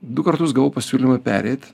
du kartus gavau pasiūlymą pereit